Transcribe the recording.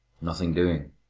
nothing doing.